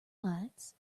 lights